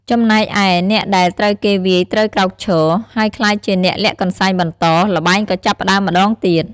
ចំណែកឯ អ្នកដែលត្រូវគេវាយត្រូវក្រោកឈរ ហើយក្លាយជាអ្នកលាក់កន្សែងបន្ត ល្បែងក៏ចាប់ផ្តើមម្តងទៀត។